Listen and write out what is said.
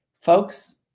folks